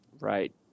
Right